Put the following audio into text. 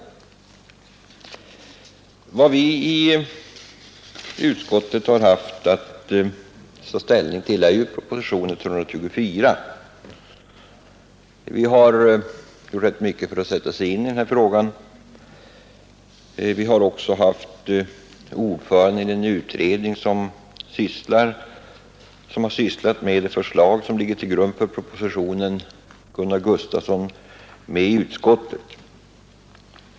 Vad vi i utskottet haft att ta ställning till är propositionen 124. Vi har gjort rätt mycket för att sätta oss in i frågan. Vi har också haft ordföranden i den utredning som framlagt det förslag som ligger till grund för propositionen, Gunnar Gustafsson, med i utskottet.